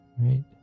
right